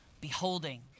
beholding